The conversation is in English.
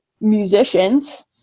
musicians